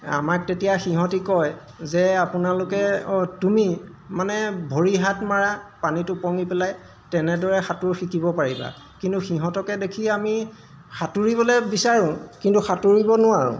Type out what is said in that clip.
আমাক তেতিয়া সিহঁতে কয় যে আপোনালোকে তুমি মানে ভৰি হাত মাৰা পানীটো ওপঙি পেলাই তেনেদৰে সাঁতোৰ শিকিব পাৰিবা কিন্তু সিহঁতকে দেখি আমি সাঁতুৰিবলৈ বিচাৰোঁ কিন্তু সাঁতুৰিব নোৱাৰোঁ